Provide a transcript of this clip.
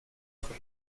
for